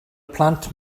plant